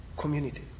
community